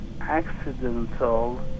accidental